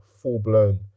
full-blown